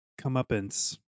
comeuppance